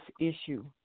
issue